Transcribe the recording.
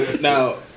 Now